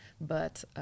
but-